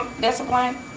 discipline